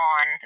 on